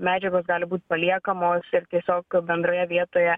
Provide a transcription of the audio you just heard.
medžiagos gali būt paliekamos ir tiesiog bendroje vietoje